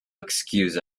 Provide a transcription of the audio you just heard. excuse